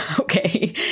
Okay